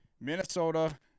Minnesota